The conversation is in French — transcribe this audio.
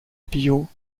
bio